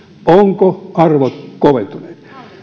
ovatko arvot koventuneet